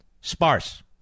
sparse